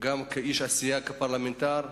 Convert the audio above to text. גם כאיש עשייה, כפרלמנטר.